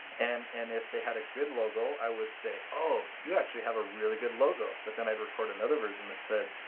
and and if they had a good logo, i would say, oh, you actually have a really good logo. but then i'd record another version that say,